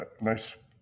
nice